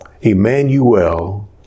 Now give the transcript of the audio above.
Emmanuel